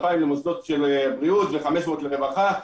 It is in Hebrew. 2,000 למוסדות בריאות ו-500 לרווחה.